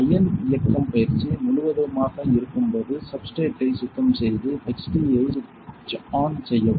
iron இயக்கம் பயிற்சி முழுவதுமாக இருக்கும்போது Refer Time 1334 சப்ஸ்டிரேட்டை சுத்தம் செய்து HT ஐ சுவிட்ச் ஆன் செய்யவும்